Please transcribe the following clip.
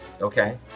Okay